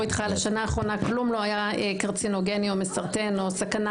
איתך על השנה האחרונה - כלום לא היה קרצנוגני או מסרטן או סכנה